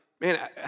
man